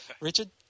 Richard